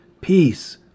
Peace